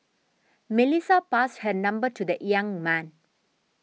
Melissa passed her number to the young man